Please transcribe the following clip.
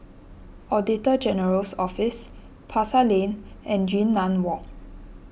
Auditor General's Office Pasar Lane and Yunnan Walk